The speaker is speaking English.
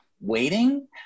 waiting